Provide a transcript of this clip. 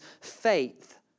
faith